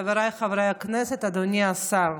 חבריי חברי הכנסת, אדוני השר,